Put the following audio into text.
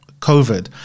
COVID